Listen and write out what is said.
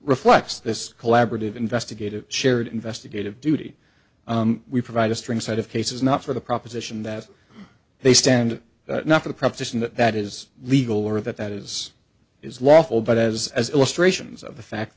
reflects this collaborative investigative shared investigative duty we provide a strong side of cases not for the proposition that they stand not for the proposition that that is legal or that that is is lawful but as as illustrations of the fact